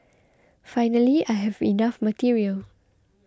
finally I have enough material